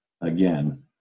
again